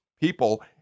people